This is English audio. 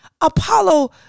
Apollo